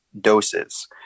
doses